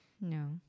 No